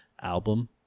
album